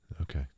okay